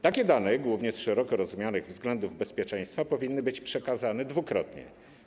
Takie dane, głównie z szeroko rozumianych względów bezpieczeństwa, powinny być przekazane dwukrotnie.